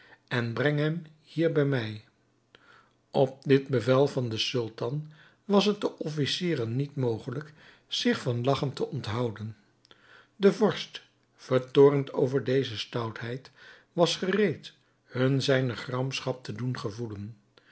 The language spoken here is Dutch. en brengt hem hier bij mij op dit bevel van den sultan was het de officieren niet mogelijk zich van lagchen te onthouden de vorst vertoornd over deze stoutheid was gereed hun zijne gramschap te doen gevoelen